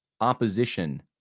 opposition